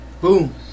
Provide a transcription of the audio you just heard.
Boom